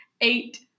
eight